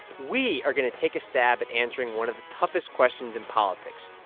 we are going to take a stab at answering one of the toughest questions in politics.